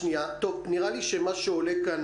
נראה לי שמה שעולה כאן,